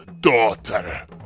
daughter